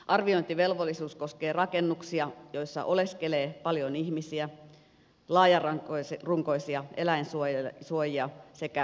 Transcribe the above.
arviointivelvollisuus koskee rakennuksia joissa oleskelee paljon ihmisiä laajarunkoisia eläinsuojia sekä maneeseja